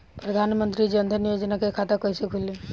प्रधान मंत्री जनधन योजना के खाता कैसे खुली?